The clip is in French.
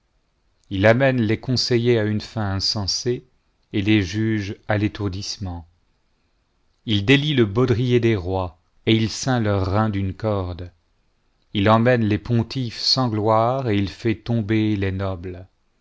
il amène les conseillers à une fin insensée et les juges à l'étourdissement il délie le baudrier des rois et il ceint leurs reins d'une corde il emmène les pontifes sans gloire et il fait tomber les nobles